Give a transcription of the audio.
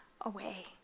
away